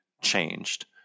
changed